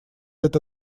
эта